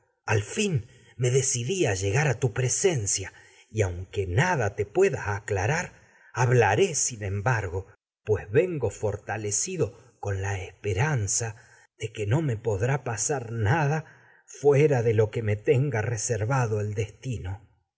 al fin llegar a tu presencia y aunque nada te pueda aclarar hablaré sin con embargo pues vengo pasar fortálecido nada fuera la esperanza de que mé podrá de lo que me tenga reservado el destino